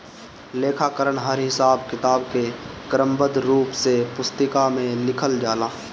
लेखाकरण हर हिसाब किताब के क्रमबद्ध रूप से पुस्तिका में लिखल जाला